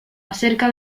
acerca